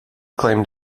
claimed